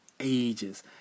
ages